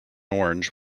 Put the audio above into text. orange